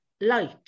light